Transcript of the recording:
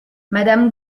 madame